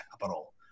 capital